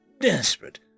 desperate